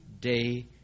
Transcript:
day